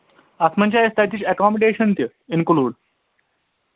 اَتھ منٛز چھِ اَسہِ تَتِچ ایٚکامڈیشَن تہِ اِنکلوٗڈ